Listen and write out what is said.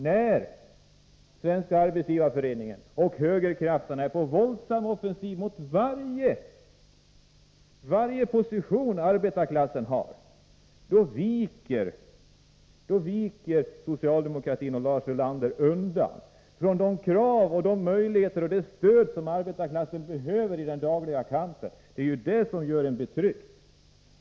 När Svenska arbetsgivareföreningen och högerkrafterna är på våldsam offensiv mot varje position som arbetarklassen har, då viker socialdemokratin och Lars Ulander undan från kraven på det stöd som arbetarklassen behöver i den dagliga kampen — och det gör en betryckt.